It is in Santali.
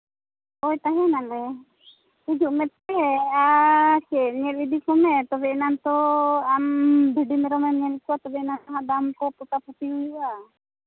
ᱦᱳᱭ ᱛᱟᱦᱮᱱᱟᱞᱮ ᱦᱤᱡᱩᱜ ᱢᱮᱥᱮ ᱟᱨ ᱥᱮ ᱧᱮᱞ ᱤᱫᱤ ᱠᱚᱢᱮ ᱛᱚᱵᱮ ᱮᱱᱟᱝ ᱛᱚ ᱟᱢ ᱵᱷᱤᱰᱤ ᱢᱮᱨᱚᱢ ᱮᱢ ᱧᱮᱞ ᱠᱚᱣᱟ ᱛᱚᱵᱮ ᱟᱱᱟᱝ ᱫᱟᱢ ᱠᱚ ᱯᱳᱴᱟᱯᱩᱴᱤ ᱦᱩᱭᱩᱜᱼᱟ